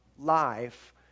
life